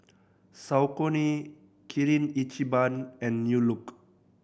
Saucony Kirin Ichiban and New Look